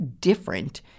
different